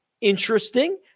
interesting